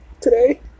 today